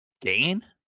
gain